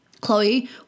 Chloe